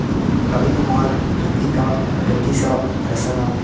Kavikumar Ritika Pritisha Prasanna